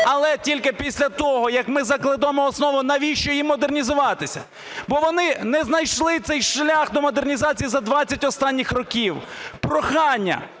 Але тільки після того, як ми закладемо основу, навіщо їм модернізуватися? Бо вони не знайшли цей шлях до модернізації за 20 останніх років. Прохання: